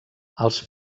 els